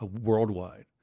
worldwide